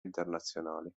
internazionali